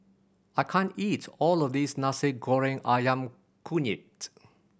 I can't eat all of this Nasi Goreng Ayam Kunyit